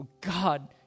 God